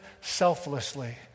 selflessly